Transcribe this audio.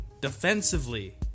defensively